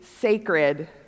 sacred